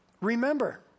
Remember